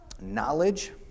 Knowledge